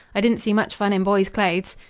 i didn't see much fun in boy's clothes.